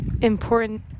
important